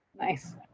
Nice